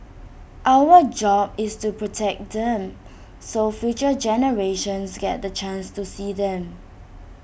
our job is to protect them so future generations get the chance to see them